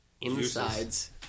insides